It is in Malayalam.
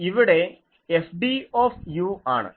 ഇവിടെ ഇത് Fd ആണ്